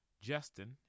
Justin